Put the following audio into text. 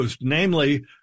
namely